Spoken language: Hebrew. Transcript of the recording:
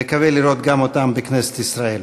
נקווה לראות גם אותם בכנסת ישראל.